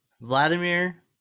Vladimir